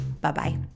Bye-bye